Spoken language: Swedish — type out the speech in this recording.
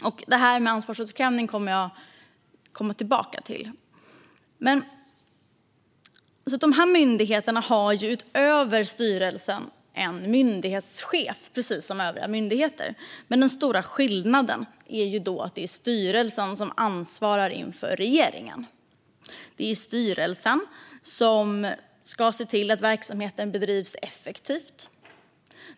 Jag kommer tillbaka till frågan om ansvarsutkrävande. Dessa myndigheter har utöver styrelsen en myndighetschef, precis som övriga myndigheter, men den stora skillnaden är att det är styrelsen som ansvarar inför regeringen. Det är styrelsen som ska se till att verksamheten bedrivs effektivt.